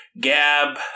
Gab